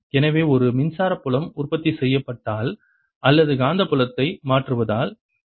எனவே ஒரு மின்சார புலம் உற்பத்தி செய்யப்பட்டால் அல்லது காந்தப்புலத்தை மாற்றுவதால் ஈ